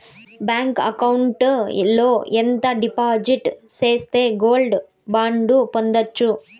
Bank account లో ఎంత డిపాజిట్లు సేస్తే గోల్డ్ బాండు పొందొచ్చు?